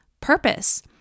purpose